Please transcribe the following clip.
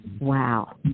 Wow